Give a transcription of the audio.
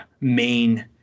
main